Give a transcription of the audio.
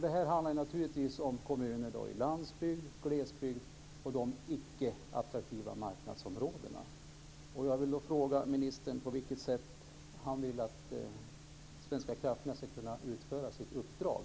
Det handlar här naturligtvis om kommuner på landsbygd och i glesbygd, i de icke attraktiva marknadsområdena. Svenska Kraftnät ska kunna utföra sitt uppdrag.